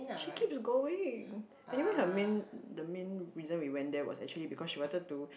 she keeps going anyway her main the main reason we went there was actually because she wanted to